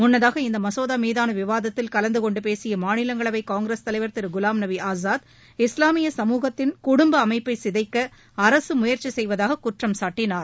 முன்னதாக இந்த மசோதா மீதான விவாத்தில் கலந்து கொண்டு பேசிய மாநிலங்களவை காங்கிரஸ் தலைவர் திரு குலாம் நபி ஆசாத் இஸ்லாமிய சமூகத்தின் குடும்ப அமைப்பை சிதைக்க அரசு முயற்சி செய்வதாக குற்றம் சாட்டினார்